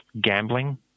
gambling